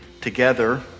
together